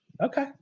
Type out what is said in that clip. Okay